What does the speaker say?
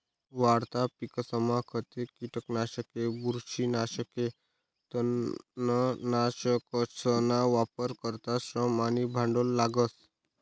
वाढता पिकसमा खते, किटकनाशके, बुरशीनाशके, तणनाशकसना वापर करता श्रम आणि भांडवल लागस